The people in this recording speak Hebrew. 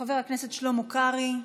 חבר הכנסת שלמה קרעי,